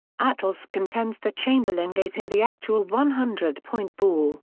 attles contends that chamberlain gave him the actual one hundred point ball.